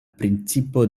principo